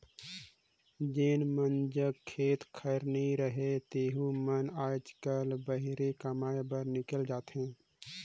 जेमन जग खेत खाएर नी रहें तेहू मन आएज काएल बाहिरे कमाए ले हिकेल जाथें